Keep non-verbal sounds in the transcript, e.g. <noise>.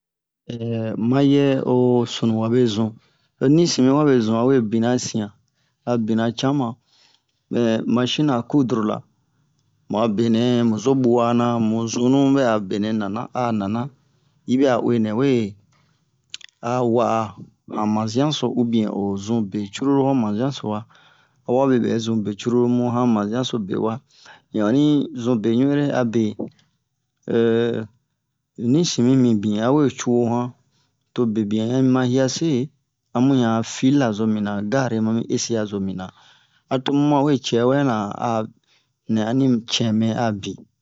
<hesitation> ma yɛ o sunu wabe zun o nisimi wabe zun a we bina sian a bina cama mɛ machine a cudre la mu a be nɛ mu zo bua na mu zunu bɛ'a benɛ nana a'a nana yi bɛ'a uwe nɛ we a wa'a han mazian so ubien o zun be cruru ho mazian so wa awa be bɛ zun be cruru mu han mazian so be wa in onni zun be ɲu ere a be <hesitation> nisimi mibin a we cuwo han to be bian han yi mi ma hiase a mu yan fil la zo mina gari ma mi ese'a zo mina a to mu ma we cɛ wɛ na a nɛ ani cɛmɛ a bin